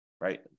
right